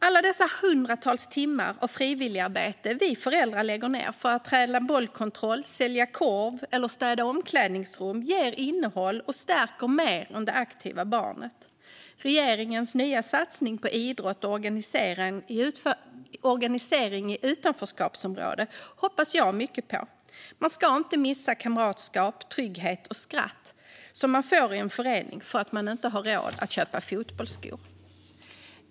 Alla dessa hundratals timmar av frivilligarbete vi föräldrar lägger ned för att träna bollkontroll, sälja korv eller städa omklädningsrum ger ett innehåll och stärker mer än det aktiva barnet. Regeringens nya satsning på idrott och organisering i utanförskapsområden hoppas jag mycket på. Man ska inte missa kamratskap, trygghet och skratt som man får i en förening för att man inte har råd att köpa fotbollsskor.